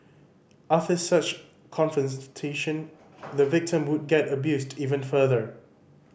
after such a confrontation the victim would get abused even further